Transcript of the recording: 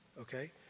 okay